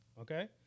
Okay